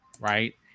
Right